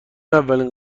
اولین